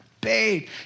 paid